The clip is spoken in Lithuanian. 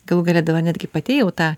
galų gale dabar netgi pati jau tą